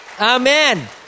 Amen